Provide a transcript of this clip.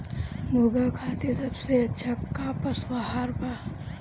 मुर्गा खातिर सबसे अच्छा का पशु आहार बा?